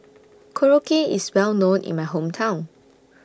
Korokke IS Well known in My Hometown